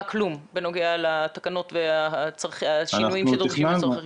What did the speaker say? כלום בנוגע לתקנות ולשינויים שדרושים לצורך חקיקה.